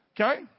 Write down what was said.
Okay